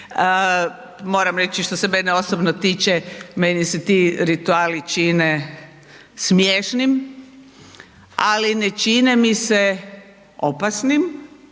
moram reći što se mene osobno tiče meni se ti rituali čine smiješnim, ali ne čine mi se opasnim